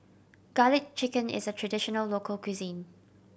Garlic Chicken is a traditional local cuisine